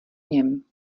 něm